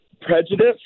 prejudice